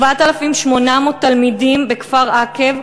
7,800 תלמידים בכפר-עקב,